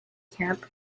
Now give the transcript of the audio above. camp